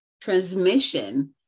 transmission